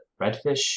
Redfish